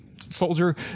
Soldier